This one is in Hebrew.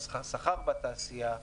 השכר והייצוא בתעשייה,